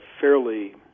fairly